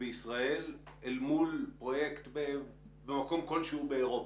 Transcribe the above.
בישראל לעומת פרויקט במקום כשלהו באירופה?